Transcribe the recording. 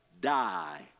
die